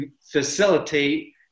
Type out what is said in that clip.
facilitate